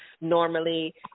Normally